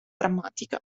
grammatica